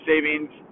savings